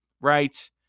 right